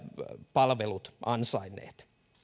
palvelut ansainnut